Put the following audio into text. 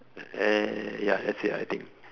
eh ya that's it I think